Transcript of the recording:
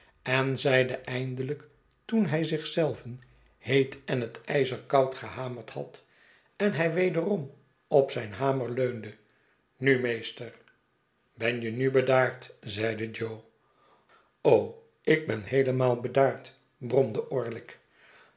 en zeide eindelijk toen hij zich zelven heet en het ijzer koud gehamerd had en hij wederom op zijn hamer leunde nu meester ben je nu bedaard zeide jo ik ben heelemaal bedaard bromde